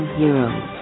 heroes